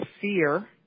fear –